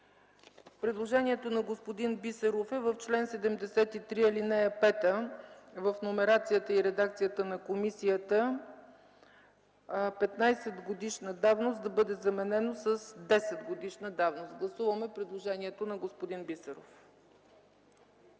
Предложението на господин Бисеров е в чл. 73, ал. 5 в номерацията и редакцията на комисията „15-годишна давност” да бъде заменено с „10-годишна давност”. Гласуваме предложението на господин Бисеров.